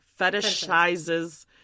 fetishizes